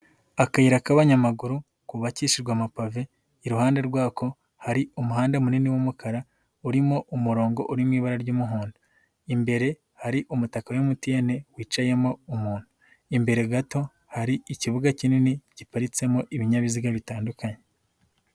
Akayira k'abanyamaguru ku bakishijwe amapave. Iruhande rwako hari umuhanda munini w'umukara urimo umurongo uri mu ibara ry'umuhondo. Imbere hari umutaka wa MTN wicayemo umuntu. Imbere gato hari ikibuga kinini giparitsemo ibinyabiziga bitandukanye.